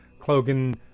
Clogan